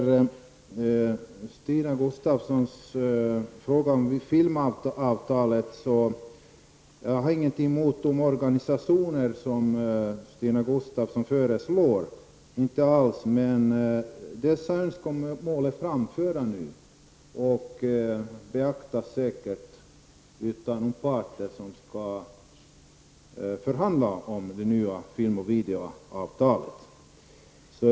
Stina Gustavsson tog upp frågan om filmavtalet. Jag har inget emot de organisationer som Stina Gustavssson föreslår. Dessa önskemål är emellertid framförda nu och beaktas säkert av de parter som skall förhandla om det nya filmoch videoavtalet.